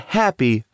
happy